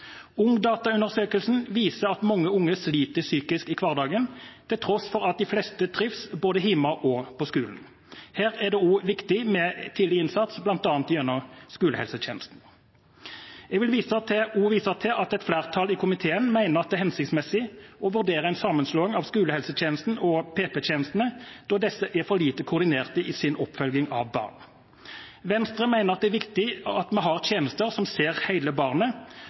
viser at mange unge sliter psykisk i hverdagen, til tross for at de fleste trives både hjemme og på skolen. Her er det også viktig med tidlig innsats, bl.a. gjennom skolehelsetjenesten. Jeg vil også vise til at et flertall i komiteen mener at det er hensiktsmessig å vurdere en sammenslåing av skolehelsetjenesten og PP-tjenestene, da disse er for lite koordinerte i sin oppfølging av barn. Venstre mener at det er viktig at vi har tjenester som ser hele barnet.